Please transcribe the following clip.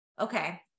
Okay